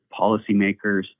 policymakers